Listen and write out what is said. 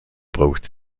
braucht